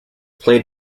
played